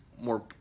more